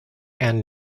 and